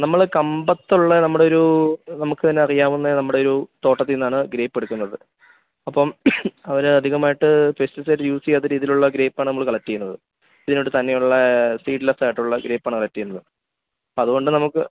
നമ്മള് കമ്പത്തുള്ള നമ്മുടെ ഒരു നമുക്കു തന്നെ അറിയാവുന്ന നമ്മുടെ ഒരു തോട്ടത്തില്നിന്നാണ് ഗ്രേപ്പ് എടുക്കുന്നത് അപ്പോള് അവര് അധികമായിട്ട് പെസ്റ്റിസൈഡ് യൂസ് ചെയ്യാത്ത രീതിയിലുള്ള ഗ്രേപ്പാണ് നമ്മള് കളക്ടെയ്യുന്നത് പിന്നെ തന്നെയുള്ള സീഡ്ലെസ്സായിട്ടുള്ള ഗ്രേപ്പാണ് കളക്ടെയ്യ്ന്നത് അതുകൊണ്ട് നമുക്ക്